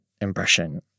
impression